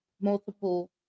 multiple